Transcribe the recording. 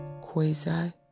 quasi